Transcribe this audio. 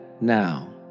now